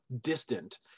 distant